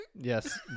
yes